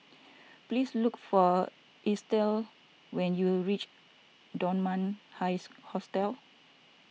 please look for Estell when you reach Dunman High Hostel